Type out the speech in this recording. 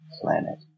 planet